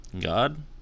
God